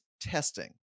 testing